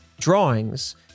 drawings